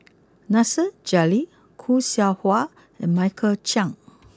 Nasir Jalil Khoo Seow Hwa and Michael Chiang